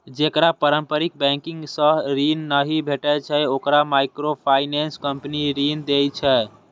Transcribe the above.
जेकरा पारंपरिक बैंकिंग सं ऋण नहि भेटै छै, ओकरा माइक्रोफाइनेंस कंपनी ऋण दै छै